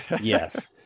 Yes